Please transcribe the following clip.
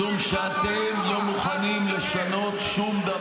אנחנו הצבענו על אונר"א, מה אתה מדבר?